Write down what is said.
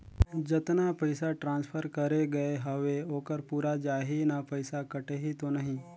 जतना पइसा ट्रांसफर करे गये हवे ओकर पूरा जाही न पइसा कटही तो नहीं?